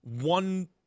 one